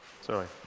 Sorry